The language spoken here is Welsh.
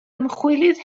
ymchwilydd